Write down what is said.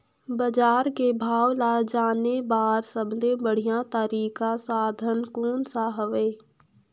बजार के भाव ला जाने बार सबले बढ़िया तारिक साधन कोन सा हवय?